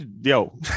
Yo